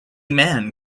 man